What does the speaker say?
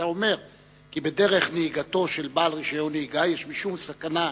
שאתה אומר כי בדרך נהיגתו של בעל רשיון נהיגה יש משום סכנה